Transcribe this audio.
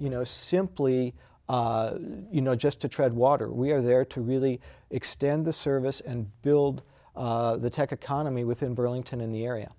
you know simply you know just to tread water we're there to really extend the service and build the tech economy within burlington in the area